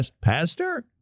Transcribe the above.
Pastor